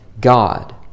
God